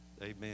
Amen